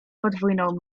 podwójną